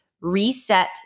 reset